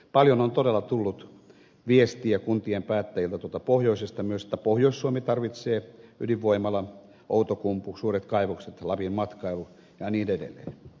paljon on todella tullut viestiä kuntien päättäjiltä tuolta pohjoisesta että myös pohjois suomi tarvitsee ydinvoimalan outokumpu suuret kaivokset lapin matkailu ja niin edelleen